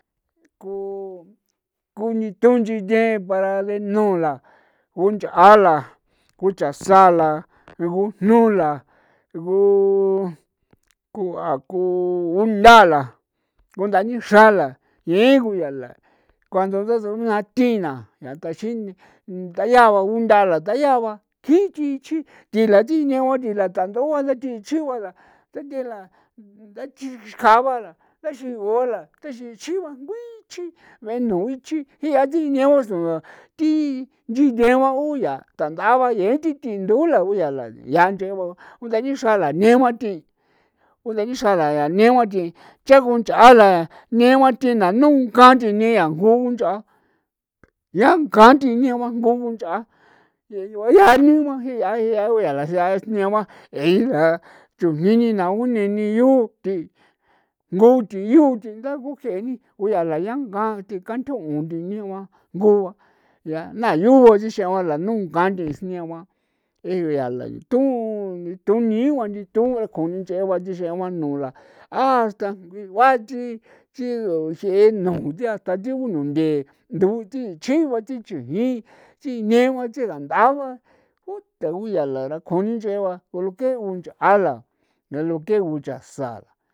Ko nithu nyinchee ba ra denu la kunch'a la ko chaa sa la gujnu la gu ku'a ko gundala kundanixra la yee guya la cuando nda su'en naa thina yaa nda sine ndayaa ba gundala nda yaa ba kjin tii chii'chi tii la ti ne'u la tii la tandua la techiua la tite la ndayi kjaa ba dechi uaa la dachi chigua ngui chi bee noo chi jia ti neo usua tinyiyeau ba thandaa ba yee ti thindoo la uyaala yaa nyee ba undanixra lanee ba ti cha kunch'aa la negua ti nano nkua nyeñea kunch'aa yanka tina bankjo bayaa ni ko kunch'aa yanka thi n'e ba je'a je'a ku yaa la je'a nea ba chujni ni na'no nee niyu tingu tiu ti yaa ntha ngujee ni ku yaa la ianca ti kantuu ti ñao ba ngua yaa na yoo dixe'a ba nunka nthiin tsenao ba tun y tun nigua ni thu ra kjon ko ninchee ba ninxea ba nula hasta juingua chi chi uxee nu kuthan ti un nde thi chigua ti tandaa ba ko ta kuyaala ra ko junchee ba ko lo que es kunch'a la lo quee kunchasa ra.